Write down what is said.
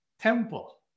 temple